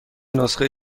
نسخه